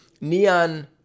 neon